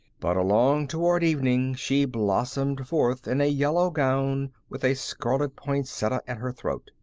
but along toward evening she blossomed forth in a yellow gown, with a scarlet poinsettia at her throat.